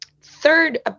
Third